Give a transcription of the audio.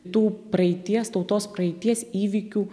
tų praeities tautos praeities įvykių